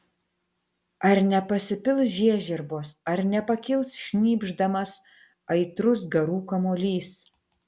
ar nepasipils žiežirbos ar nepakils šnypšdamas aitrus garų kamuolys